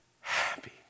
happy